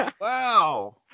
Wow